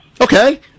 Okay